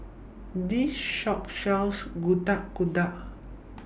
This Shop sells Getuk Getuk